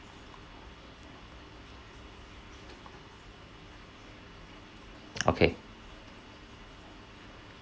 okay